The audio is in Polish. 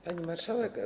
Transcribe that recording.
Pani Marszałek!